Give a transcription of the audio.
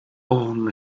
own